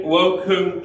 welcome